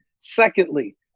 Secondly